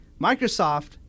Microsoft